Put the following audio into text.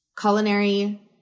culinary